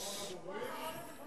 הוא אחרון הדוברים?